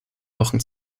wochen